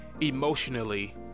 emotionally